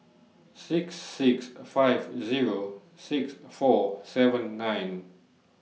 six six five Zero six four seven nine